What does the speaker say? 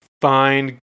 find